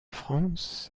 france